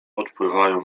odpływają